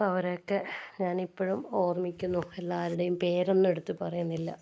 ഇപ്പം അവരൊക്കെ ഞാനിപ്പോഴും ഓർമ്മിക്കുന്നു എല്ലാവരുടെയും പേരോന്നും എടുത്തു പറയുന്നില്ല